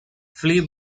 flee